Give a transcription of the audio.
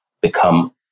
become